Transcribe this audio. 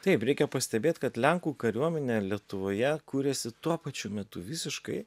taip reikia pastebėt kad lenkų kariuomenė lietuvoje kūrėsi tuo pačiu metu visiškai